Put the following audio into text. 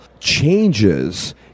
changes